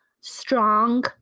strong